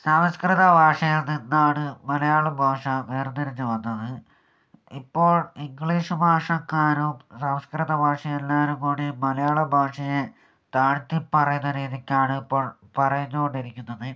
സംസ്കൃത ഭാഷയിൽ നിന്നാണ് മലയാള ഭാഷ വേർതിരിഞ്ഞു വന്നത് ഇപ്പോൾ ഇംഗ്ലീഷ് ഭാഷക്കാരും സംസ്കൃത ഭാഷ എല്ലാവരും കൂടി മലയാള ഭാഷയെ താഴ്ത്തിപ്പറയുന്ന രീതിക്കാണ് ഇപ്പോൾ പറഞ്ഞുകൊണ്ടിരിക്കുന്നത്